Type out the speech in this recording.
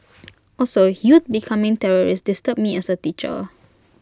also youth becoming terrorists disturbs me as A teacher